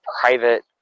private